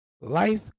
Life